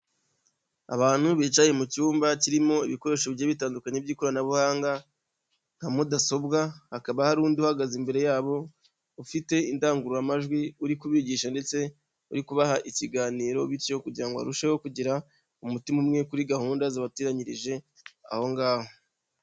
Abantu bicaye mu cyumba kirimo ibikoresho bigiye bitandukanye by'ikoranabuhanga nka mudasobwa, hakaba hari undi uhagaze imbere yabo ufite indangururamajwi uri kubigisha ndetse uri kubaha ikiganiro bityo kugira ngo arusheho kugira umutima umwe kuri gahunda zabateranyirije ahongaho.